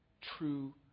true